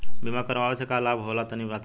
बीमा करावे से का लाभ होला तनि बताई?